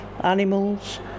animals